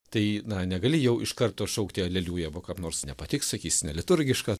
tai na negali jau iš karto šaukti aleliuja vo kam nors nepatiks sakys neliturgiška